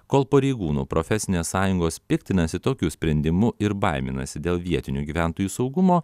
kol pareigūnų profesinės sąjungos piktinasi tokiu sprendimu ir baiminasi dėl vietinių gyventojų saugumo